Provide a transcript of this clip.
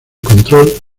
control